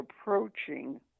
approaching